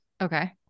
Okay